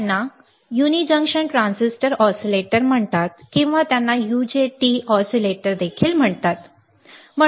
त्यांना unijunction transistor oscillator म्हणतात किंवा त्यांना यूजेटी ऑसिलेटर देखील म्हणतात ठीक आहे